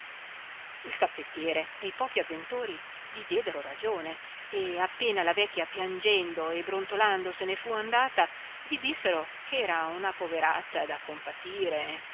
il caffettiere e i pochi avventori gli diedero ragione e appena la vecchia piangendo e brontolando se ne fu andata gli dissero che era una poveraccia da compatire